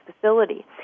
facility